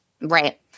Right